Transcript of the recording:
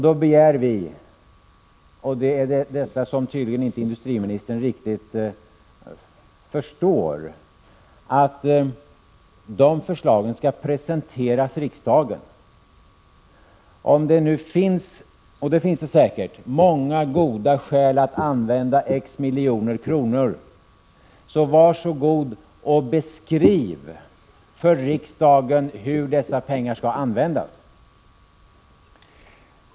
Vi begär därför, och det är detta som industriministern tydligen inte riktigt förstår, att dessa förslag skall presenteras för riksdagen. Om det nu finns — och det finns säkert — många goda skäl att använda X milj.kr. så var så god och beskriv för riksdagen hur dessa pengar skall användas!